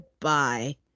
bye